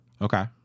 Okay